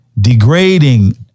Degrading